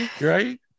right